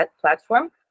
platform